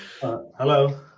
Hello